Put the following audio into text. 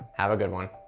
have a good one.